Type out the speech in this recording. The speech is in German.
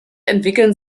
entwickeln